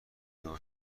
دعا